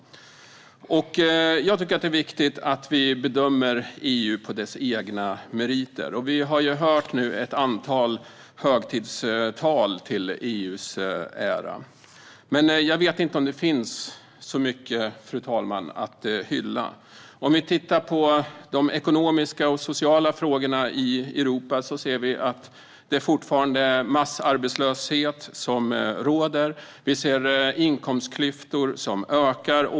Jag tycker att det är viktigt att vi bedömer EU på dess egna meriter. Vi har nu hört ett antal högtidstal till EU:s ära. Men jag vet inte om det finns så mycket att hylla. Om vi tittar på de ekonomiska och de sociala frågorna i Europa ser vi att det fortfarande är massarbetslöshet som råder. Vi ser också inkomstklyftor som ökar.